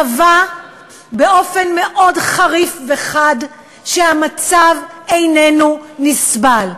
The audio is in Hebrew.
קבע באופן מאוד חריף וחד, שהמצב איננו נסבל,